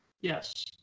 Yes